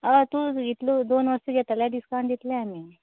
हय तूं इतलो दोन वस्तू घेतलो जाल्यार डिस्कावंट दितली आमी